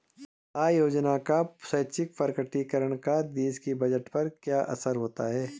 आय योजना का स्वैच्छिक प्रकटीकरण का देश के बजट पर क्या असर होता है?